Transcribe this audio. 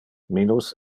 minus